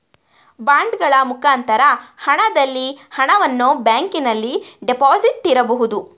ಬಾಂಡಗಳ ಮುಖಾಂತರ ಹಣದಲ್ಲಿ ಹಣವನ್ನು ಬ್ಯಾಂಕಿನಲ್ಲಿ ಡೆಪಾಸಿಟ್ ಇರಬಹುದು